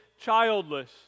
childless